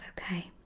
okay